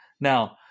Now